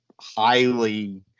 highly